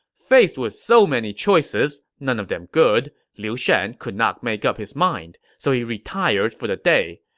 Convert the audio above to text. faced with so many choices none of them good liu shan could not make up his mind, so he retired for the day.